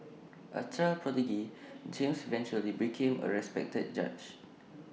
A child prodigy James eventually became A respected judge